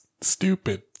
stupid